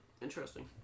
interesting